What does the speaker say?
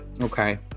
Okay